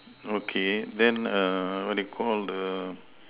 okay then err what do you Call the